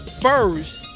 First